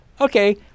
Okay